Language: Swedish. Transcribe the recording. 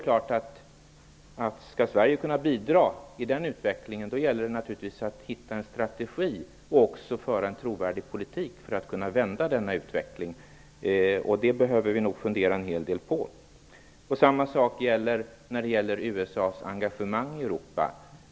Skall Sverige kunna bidra i den utvecklingen gäller det naturligtvis att hitta en strategi och också att föra en trovärdig politik för att kunna vända denna utveckling. Det behöver vi nog fundera en hel del på. På samma sätt är det när det gäller USA:s engagemang i Europa.